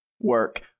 work